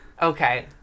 Okay